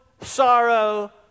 sorrow